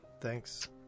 thanks